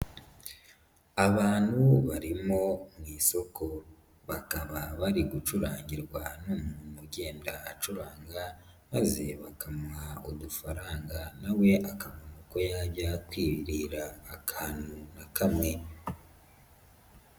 Abantu barimo mu isoko bakaba bari gucurangirwa n'umuntu ugenda acuranga maze bakamuha udufaranga nawe akabona ko yajya kwirira akantu na kamwe.